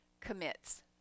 commits